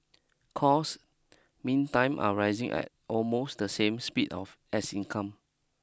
costs meantime are rising at almost the same speed of as income